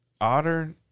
Otter